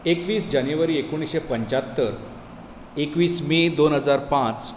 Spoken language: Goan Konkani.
एकवीस जानेवरी एकुणशे पंच्यात्तर एकवीस मे दोन हजार पांच